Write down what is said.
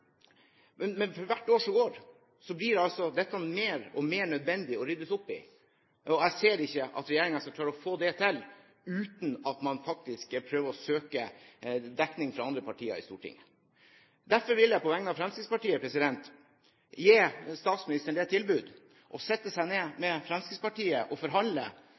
For hvert år som går, blir det mer og mer nødvendig å rydde opp i dette, og jeg ser ikke at regjeringen skal klare å få det til uten at man faktisk søker dekning fra andre partier i Stortinget. Derfor vil jeg på vegne av Fremskrittspartiet gi statsministeren det tilbud å sette seg ned med Fremskrittspartiet og forhandle,